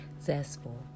zestful